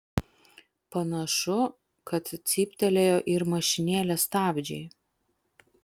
panašu kad cyptelėjo ir mašinėlės stabdžiai